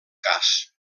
cas